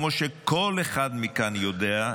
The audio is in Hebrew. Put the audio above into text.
כמו שכל אחד מכאן יודע,